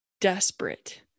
desperate